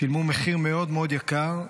שילמו מחיר מאוד מאוד יקר,